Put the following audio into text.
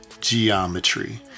geometry